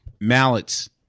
mallets